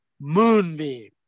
Moonbeam